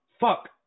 fuck –